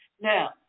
Now